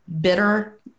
bitter